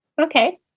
Okay